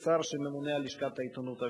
כשר שממונה על לשכת העיתונות הממשלתית,